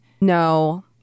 No